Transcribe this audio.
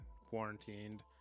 quarantined